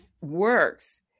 works